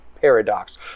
Paradox